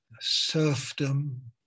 serfdom